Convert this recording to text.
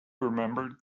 remembered